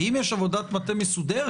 ואם יש עבודת מטה מסודרת,